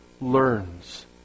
learns